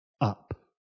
up